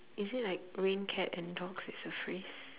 is it like rain cat and dogs is a phrase